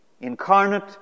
Incarnate